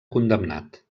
condemnat